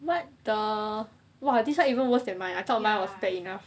what the !wah! this one even worse than mine I thought mine was bad enough